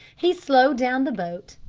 he slowed down the boat,